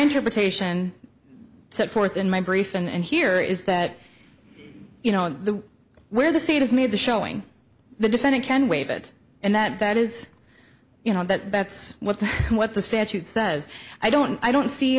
interpretation set forth in my brief and here is that you know the where the state has made the showing the defendant can waive it and that that is you know that that's what the what the statute says i don't i don't see